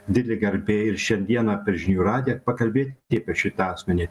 didelė garbė ir šiandieną per žinių radiją pakalbėti apie šitą asmenį